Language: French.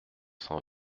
cent